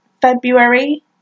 February